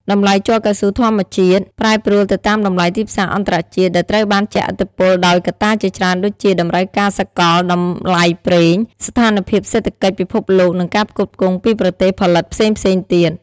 តម្លៃជ័រកៅស៊ូធម្មជាតិ ប្រែប្រួលទៅតាមតម្លៃទីផ្សារអន្តរជាតិ ដែលត្រូវបានជះឥទ្ធិពលដោយកត្តាជាច្រើនដូចជា តម្រូវការសកល តម្លៃប្រេង ស្ថានភាពសេដ្ឋកិច្ចពិភពលោកនិងការផ្គត់ផ្គង់ពីប្រទេសផលិតផ្សេងៗទៀត។